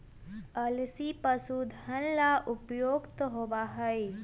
अलसी पशुधन ला उपयुक्त होबा हई